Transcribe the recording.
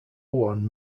one